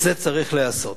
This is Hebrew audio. את זה צריך לעשות,